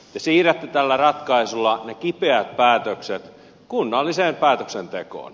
te siirrätte tällä ratkaisulla ne kipeät päätökset kunnalliseen päätöksentekoon